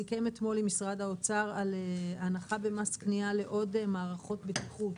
סיכם אתמול עם משרד האוצר על הנחה במס קנייה לעוד מערכות בטיחות,